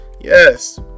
Yes